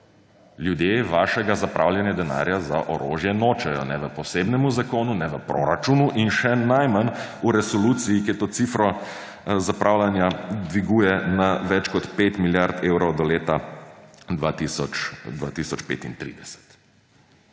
Ljudje vašega zapravljanja denarja za orožje nočejo ne v posebnemu zakonu, ne v proračunu in še najmanj v resoluciji, ki to cifro zapravljanja dviguje na več kot 5 milijard evrov do leta 2035.